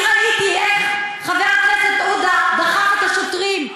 אני ראיתי איך חבר הכנסת עודה דחף את השוטרים.